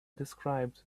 described